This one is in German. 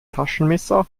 taschenmesser